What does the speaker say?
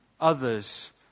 others